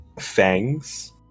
fangs